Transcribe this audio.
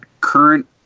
current